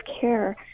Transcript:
care